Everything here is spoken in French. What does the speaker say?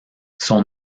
son